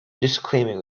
disclaiming